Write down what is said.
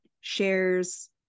shares